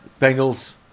Bengals